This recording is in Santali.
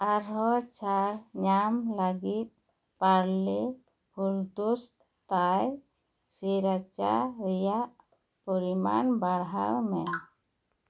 ᱟᱨ ᱦᱚᱸ ᱪᱷᱟᱲ ᱧᱟᱢ ᱞᱟᱹᱜᱤᱫ ᱯᱟᱨᱞᱮ ᱯᱷᱩᱞᱴᱳᱥ ᱛᱟᱭ ᱥᱤᱨᱟᱪᱟ ᱨᱮᱭᱟᱜ ᱯᱚᱨᱤᱢᱟᱱ ᱵᱟᱲᱦᱟᱣ ᱢᱮ